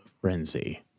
frenzy